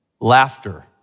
Laughter